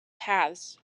paths